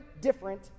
different